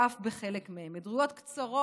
וחלק מהן אף היעדרויות קצרות,